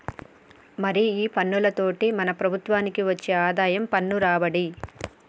మరి ఈ పన్నులతోటి మన ప్రభుత్వనికి వచ్చే ఆదాయం పన్ను రాబడి